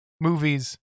movies